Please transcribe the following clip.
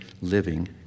living